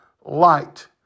light